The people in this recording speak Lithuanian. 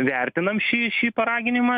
vertinam šį šį paraginimą